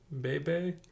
baby